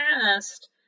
past